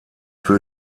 für